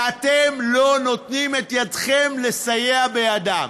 ואתם לא נותנים את ידכם לסייע בידם.